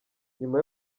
nyuma